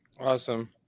Awesome